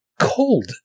cold